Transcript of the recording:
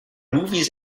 movies